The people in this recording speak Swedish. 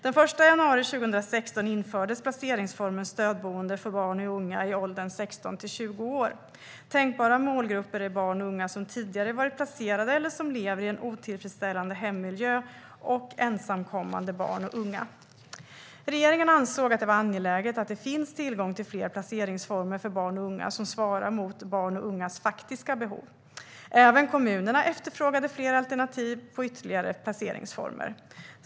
Den 1 januari 2016 infördes placeringsformen stödboende för barn och unga i åldern 16-20 år. Tänkbara målgrupper är barn och unga som tidigare varit placerade eller som lever i en otillfredsställande hemmiljö samt ensamkommande barn och unga. Regeringen ansåg det vara angeläget att det finns tillgång till fler placeringsformer för barn och unga som svarar mot barns och ungas faktiska behov. Även kommunerna efterfrågade fler alternativ på ytterligare placeringsformer.